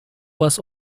was